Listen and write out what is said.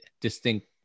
distinct